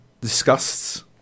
discussed